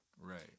Right